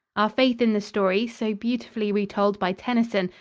our faith in the story, so beautifully re-told by tennyson,